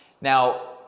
Now